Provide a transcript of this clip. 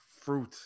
Fruit